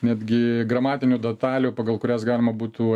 netgi gramatinių detalių pagal kurias galima būtų